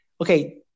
Okay